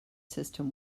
system